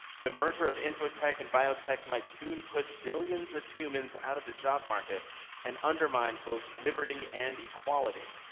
the merger of infotech and biotech might soon push billions of humans out of the job market and undermine both liberty and equality.